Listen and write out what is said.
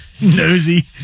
nosy